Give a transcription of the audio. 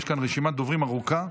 יש כאן רשימת דוברים ארוכה,